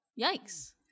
Yikes